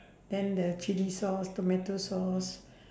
then the chill sauce tomato sauce